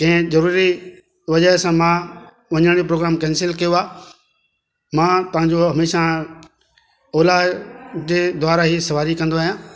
कंहिं ज़रूरी वजह सां मां वञण जो प्रोग्राम कैंसिल कयो आहे मां तव्हांजो हमेशह ओला जे द्वारा ई सवारी कंदो आहियां